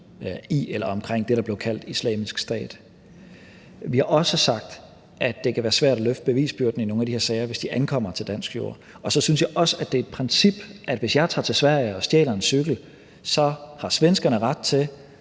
i eller omkring det, der blev kaldt Islamisk Stat. Vi har også sagt, at det kan være svært at løfte bevisbyrden i nogle af de her sager, hvis de ankommer til dansk jord. Og så synes jeg også rent principielt, at det er sådan, at hvis jeg tager til Sverige og stjæler en cykel, har svenskerne ret til